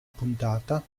puntata